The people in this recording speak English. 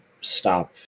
stop